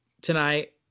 tonight